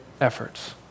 efforts